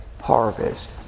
harvest